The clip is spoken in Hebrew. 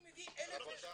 אני מביא 1,000 --- מפרסמים,